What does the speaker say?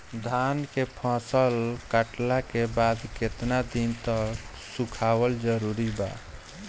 धान के फसल कटला के बाद केतना दिन तक सुखावल जरूरी बा?